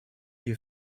ihr